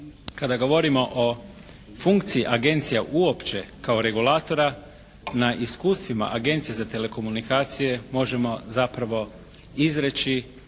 kada govorimo o funkciji agencija uopće kao regulatora na iskustvima Agencije za telekomunikacije možemo zapravo izreći